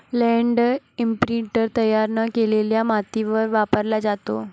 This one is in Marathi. लँड इंप्रिंटर तयार न केलेल्या मातीवर वापरला जातो